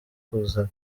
kuzana